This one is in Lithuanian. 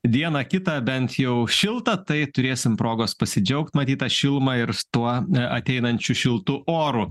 dieną kitą bent jau šiltą tai turėsim progos pasidžiaugt matyt ta šiluma ir tuo ateinančiu šiltu oru